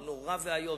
הוא נורא ואיום,